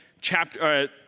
chapter